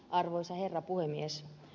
arvoisa herra puhemies